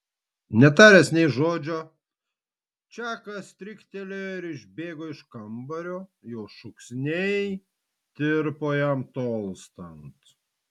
netaręs nė žodžio čakas stryktelėjo ir išbėgo iš kambario jo šūksniai tirpo jam tolstant